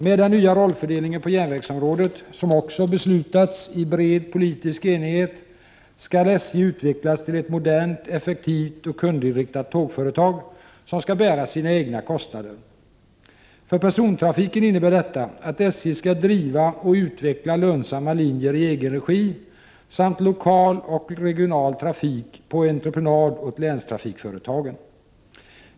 Med den nya rollfördelningen på järnvägsområdet, som också beslutats i bred politisk enighet, skall SJ utvecklas till ett modernt, effektivt och kundinriktat tågföretag som skall bära sina egna kostnader. För persontrafiken innebär detta att SJ skall driva och utveckla lönsamma linjer i egen regi samt lokal och regional trafik på entreprenad på länstrafikföretagen.